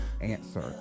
answer